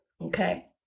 okay